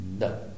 no